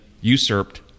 usurped